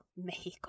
Mexico